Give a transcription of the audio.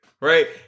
Right